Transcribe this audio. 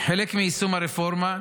כחלק מיישום הרפורמה,